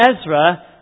Ezra